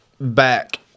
back